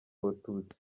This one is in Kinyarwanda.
abatutsi